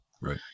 Right